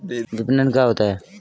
विपणन क्या होता है?